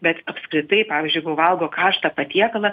bet apskritai pavyzdžiui jeigu valgo karštą patiekalą